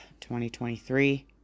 2023